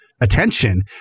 Attention